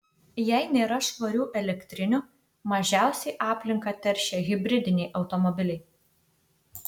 jei nėra švarių elektrinių mažiausiai aplinką teršia hibridiniai automobiliai